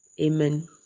Amen